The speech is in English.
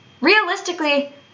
realistically